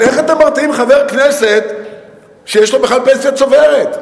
אז איך אתם מרתיעים חבר כנסת שיש לו בכלל פנסיה צוברת,